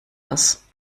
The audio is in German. was